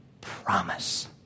promise